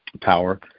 power